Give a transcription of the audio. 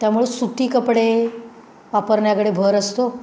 त्यामुळं सुती कपडे वापरण्याकडे भर असतो